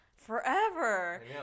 forever